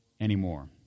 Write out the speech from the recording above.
anymore